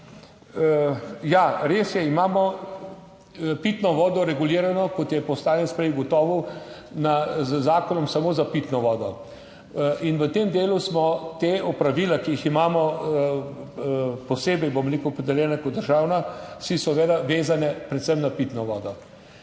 ja, res je, imamo pitno vodo regulirano, kot je poslanec prej ugotovil, z zakonom samo za pitno vodo. In v tem delu smo te opravila, ki jih imamo posebej, bom rekel, opredeljena kot državna, seveda vezane predvsem na pitno vodo.